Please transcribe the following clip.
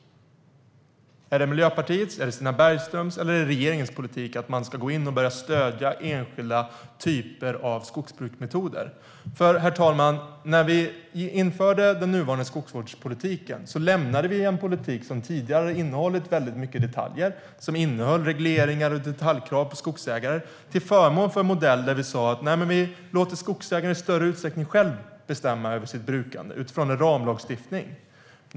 Är det Miljöpartiets, Stina Bergströms eller regeringens politik att stödja enskilda typer av skogsbruksmetoder? Herr talman! När vi införde den nuvarande skogsvårdspolitiken lämnade vi en politik som tidigare innehållit regleringar och detaljkrav på skogsägare till förmån för en modell där skogsägare i större utsträckning själva får bestämma över sitt brukande utifrån en ramlagstiftning.